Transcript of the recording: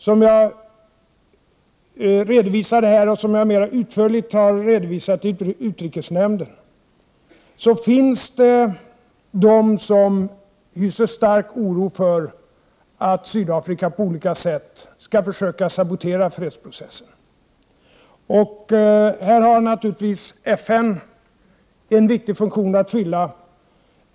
Som jag redovisade i mitt förra inlägg och som jag utförligt har redovisat i utrikesnämnden finns det de som hyser stark oro för att Sydafrika på olika sätt skall försöka sabotera fredsprocessen. I detta sammanhang har naturligtvis FN en viktig funktion att fylla.